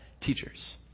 teachers